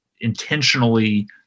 intentionally